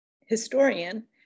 historian